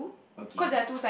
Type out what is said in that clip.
okay